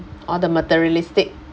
all the materialistic